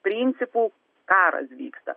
principų karas vyksta